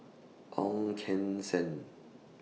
Ong Keng Sen